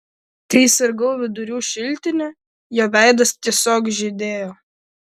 kai sirgau vidurių šiltine jo veidas tiesiog žydėjo